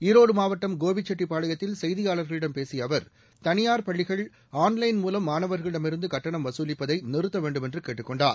ஈரோடு மாவட்டம் கோபிச்செட்டிப்பாளையத்தில் செய்தியாளர்களிடம் பேசிய அவர் தனியார் பள்ளிகள் ஆள்லைள் மூலம் மாணவர்களிடமிருந்து கட்டணம் வகுலிப்பதை நிறுத்த வேண்டுமென்று கேட்டுக் கொண்டார்